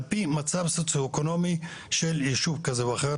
על פי מצב סוציואקונומי של יישוב כזה או אחר.